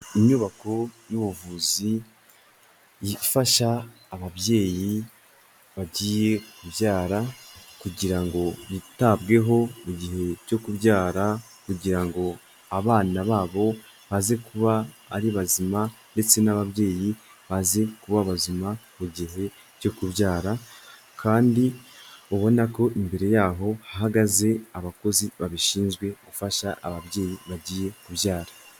Inyubako y'ubuvuzi ifasha ababyeyi bagiye kubyara kugira ngo bitabweho mu gihe cyo kubyara, kugira ngo abana babo baze kuba ari bazima ndetse n'ababyeyi baze kuba bazima mu gihe cyo kubyara. Kandi ubona ko imbere y'aho hahagaze abakozi babishinzwe gufasha ababyeyi bagiye kubyara.